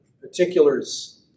particulars